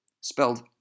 spelled